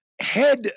head